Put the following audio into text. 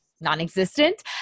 non-existent